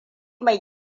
mai